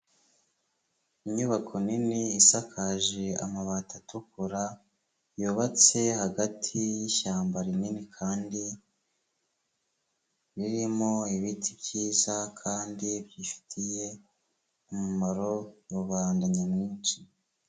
Inyubako nini isakaje amabati atukura, yubatse hagati yishyamba rinini kandi ririmo ibiti byiza kandi bifitiye umumaro rubanda nyamwinshi.